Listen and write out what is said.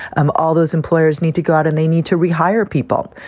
um all those employers need to go out and they need to rehire people.